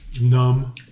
Numb